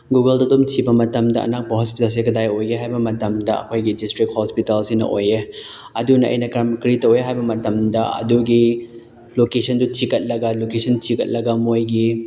ꯒꯨꯒꯜꯗ ꯑꯗꯨꯝ ꯊꯤꯕ ꯃꯇꯝꯗ ꯑꯅꯛꯄ ꯍꯣꯁꯄꯤꯇꯥꯜꯁꯦ ꯀꯗꯥꯏꯗ ꯑꯣꯏꯒꯦ ꯍꯥꯏꯕ ꯃꯇꯝꯗ ꯑꯩꯈꯣꯏꯒꯤ ꯗꯤꯁꯇ꯭ꯔꯤꯛ ꯍꯣꯁꯄꯤꯇꯥꯜꯁꯤꯅ ꯑꯣꯏꯌꯦ ꯑꯗꯨꯅ ꯑꯩꯅ ꯀꯔꯝ ꯀꯔꯤ ꯇꯧꯋꯦ ꯍꯥꯏꯕ ꯃꯇꯝꯗ ꯑꯗꯨꯒꯤ ꯂꯣꯀꯦꯁꯟꯗꯨ ꯊꯤꯒꯠꯂꯒ ꯂꯣꯀꯦꯁꯟ ꯊꯤꯒꯠꯂꯒ ꯃꯣꯏꯒꯤ